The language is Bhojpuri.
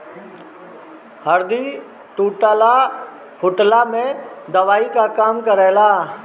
हरदी टूटला फुटला में दवाई के काम करेला